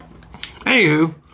Anywho